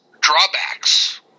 drawbacks